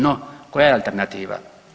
No, koja je alternativa.